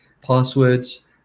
Passwords